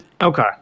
Okay